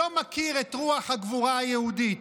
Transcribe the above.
שלא מכיר את רוח הגבורה היהודית.